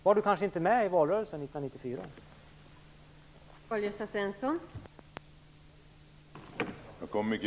Han var kanske inte med i valrörelsen 1994.